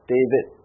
David